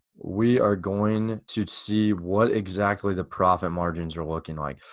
we are going to see what exactly the profit margins are looking like.